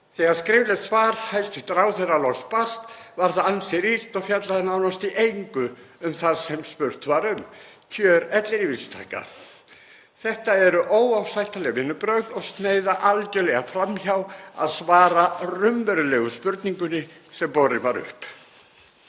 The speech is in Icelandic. Þegar skriflegt svar hæstv. ráðherra loks barst var það ansi rýrt og fjallaði nánast í engu um það sem spurt var um, kjör ellilífeyristaka. Þetta eru óásættanleg vinnubrögð og sneiða algerlega fram hjá því að svara raunverulegu spurningunni sem borin var upp.